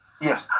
Yes